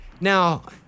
Now